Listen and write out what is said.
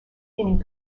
leaning